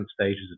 stages